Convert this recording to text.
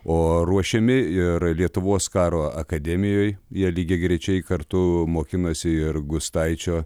o ruošiami ir lietuvos karo akademijoj jie lygiagrečiai kartu mokinosi ir gustaičio